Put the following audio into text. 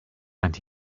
and